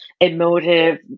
emotive